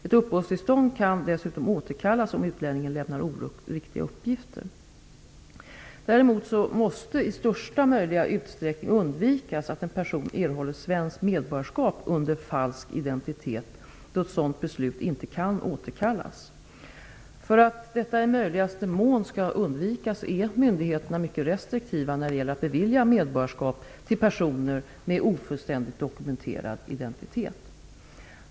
Ett uppehållstillstånd kan dessutom återkallas om utlänningen lämnat oriktiga uppgifter. Däremot måste i största möjliga utsträckning undvikas att en person erhåller svenskt medborgarskap under falsk identitet då ett sådant beslut inte kan återkallas. För att detta i möjligaste mån skall undvikas är myndigheterna mycket restriktiva när det gäller att bevilja medborgarskap till personer med ofullständigt dokumenterad identitet.